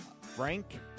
Frank